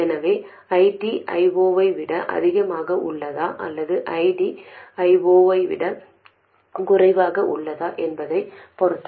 எனவே ID I0 ஐ விட அதிகமாக உள்ளதா அல்லது ID I0 ஐ விட குறைவாக உள்ளதா என்பதைப் பொறுத்து